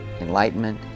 enlightenment